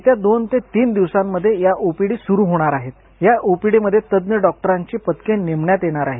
येत्या दोन ते तीन दिवसांमध्ये या ओपीडी सुरू होणार आहेत या ओपीडीमध्ये तज्ज्ञ डॉक्टरांची पथके नेमण्यात येणार आहेत